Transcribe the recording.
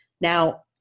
Now